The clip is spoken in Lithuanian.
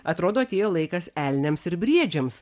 atrodo atėjo laikas elniams ir briedžiams